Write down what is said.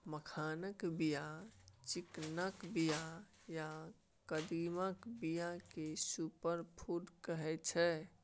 मखानक बीया, चिकनाक बीया आ कदीमाक बीया केँ सुपर फुड कहै छै